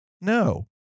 No